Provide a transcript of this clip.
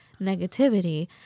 negativity